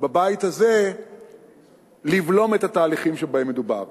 בבית הזה לבלום את התהליכים שבהם מדובר.